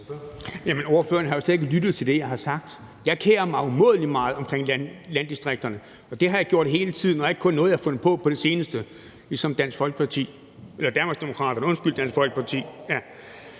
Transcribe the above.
ordføreren har jo slet ikke lyttet til det, jeg har sagt. Jeg kerer mig umådelig meget om landdistrikterne, og det har jeg gjort hele tiden; det er ikke kun noget, jeg har fundet på her på det seneste, ligesom det er tilfældet med Danmarksdemokraterne.